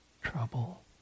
Trouble